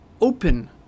open